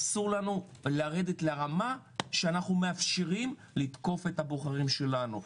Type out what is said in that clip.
אסור לנו לרדת לרמה שאנחנו מאפשרים לתקוף את הבוחרים שלנו.